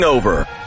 over